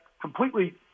completely